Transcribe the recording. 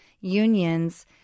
unions